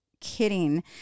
kidding